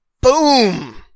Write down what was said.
boom